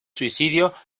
suicidio